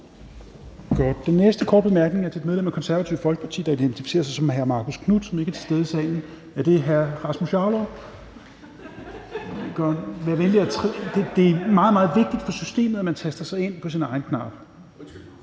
: Den næste korte bemærkning er til et medlem af Det Konservative Folkeparti, der identificerer sig som hr. Marcus Knuth, som ikke er til stede i salen. Er det så hr. Rasmus Jarlov? Det er meget, meget vigtigt for systemet, at man taster sig ind fra sin egen plads.